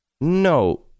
No